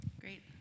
Great